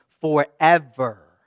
forever